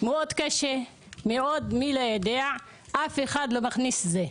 מאוד קשה, מי שלא יודע, אף אחד לא מכניס את זה,